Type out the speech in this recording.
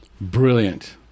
Brilliant